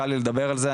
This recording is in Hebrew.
קל לי לדבר על זה,